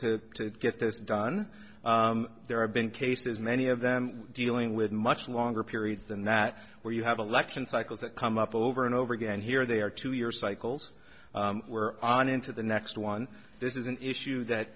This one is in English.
months to get this done there have been cases many of them dealing with much longer periods than that where you have election cycles that come up over and over again and here they are two year cycles where on into the next one this is an issue that